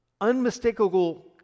unmistakable